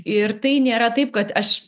ir tai nėra taip kad aš